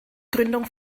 gründung